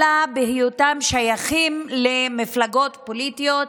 אלא בהיותם שייכים למפלגות פוליטיות,